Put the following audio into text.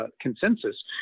consensus